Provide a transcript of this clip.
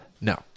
No